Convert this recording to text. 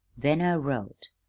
then i wrote.